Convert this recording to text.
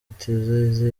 iteze